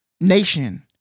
nation